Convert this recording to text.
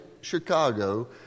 Chicago